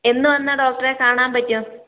എന്ന് വന്നാൽ ഡോക്ടറെ കാണാൻ പറ്റും